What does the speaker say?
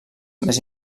més